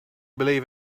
believe